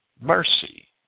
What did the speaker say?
mercy